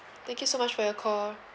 thank you so much for your call